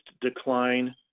decline